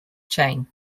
chain